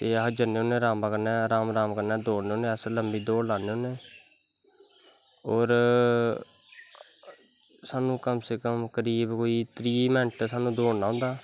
ते अस जन्ने होने रामा कन्नै राम राम कन्नै दौड़ने होने अस लम्बी दौड़ लान्ने होने होर साह्नू कम से कम कोई वीह् मैंन्ट साह्नू दौड़ना होंदा